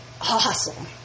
awesome